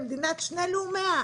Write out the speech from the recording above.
למדינת שני לאומיה.